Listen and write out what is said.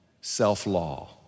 self-law